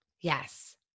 Yes